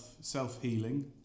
self-healing